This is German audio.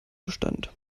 bestand